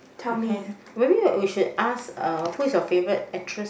defies maybe that we should ask who is your favourite actress